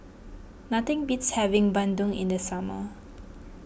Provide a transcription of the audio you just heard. nothing beats having Bandung in the summer